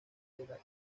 edad